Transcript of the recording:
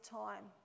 time